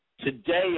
Today